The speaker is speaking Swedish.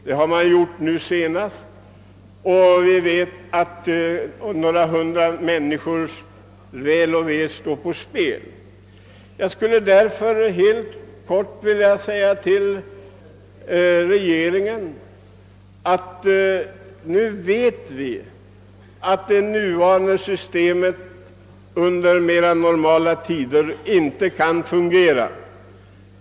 Det har man försökt nyligen, och vi vet att några hundra människors väl och ve står på spel. Jag skulle därför vilja säga till regeringen att vi nu vet att det nuvarande systemet inte kan fungera under mera normala tider.